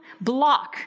block